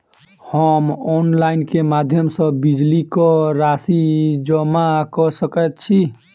हम ऑनलाइन केँ माध्यम सँ बिजली कऽ राशि जमा कऽ सकैत छी?